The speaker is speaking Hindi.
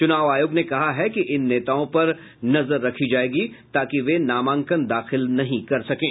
चुनाव आयोग ने कहा है कि इन नेताओं पर नजर रखी जायेगी ताकि वे नामांकन दाखिल नहीं कर सकें